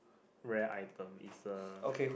rare item it's a